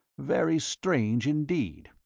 very strange, indeed.